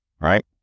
right